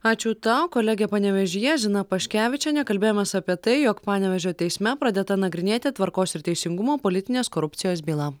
ačiū tau kolegė panevėžyje zina paškevičienė kalbėjomės apie tai jog panevėžio teisme pradėta nagrinėti tvarkos ir teisingumo politinės korupcijos byla